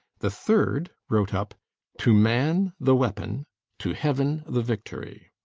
the third wrote up to man the weapon to heaven the victory.